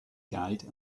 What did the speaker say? guide